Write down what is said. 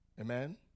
Amen